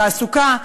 תעסוקה,